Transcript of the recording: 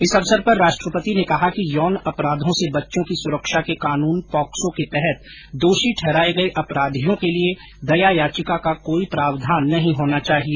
इस अवसर पर राष्ट्रपति ने कहा कि यौन अपराधों से बच्चों की सुरक्षा के कानून पॉक्सो के तहत दोषी ठहराए गए अपराधियों के लिए दया याचिका का कोई प्रावधान नहीं होना चाहिए